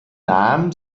nahm